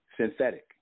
synthetic